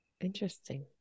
Interesting